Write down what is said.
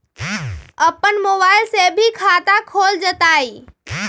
अपन मोबाइल से भी खाता खोल जताईं?